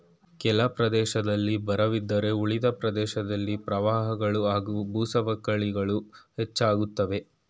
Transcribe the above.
ಕೆಲ ಪ್ರದೇಶದಲ್ಲಿ ಬರವಿದ್ದರೆ ಉಳಿದ ಪ್ರದೇಶದಲ್ಲಿ ಪ್ರವಾಹಗಳು ಹಾಗೂ ಭೂಸವಕಳಿಗಳು ಹೆಚ್ಚಾಗ್ತವೆ